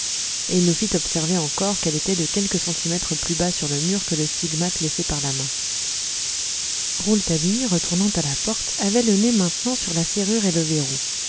il nous fit observer encore qu'elle était de quelques centimètres plus bas sur le mur que le stigmate laissé par la main rouletabille retournant à la porte avait le nez maintenant sur la serrure et le verrou